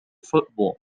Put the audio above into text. football